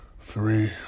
three